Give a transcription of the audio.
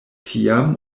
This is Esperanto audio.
tiam